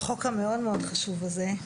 החוק המאוד מאוד חשוב הזה.